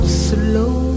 slow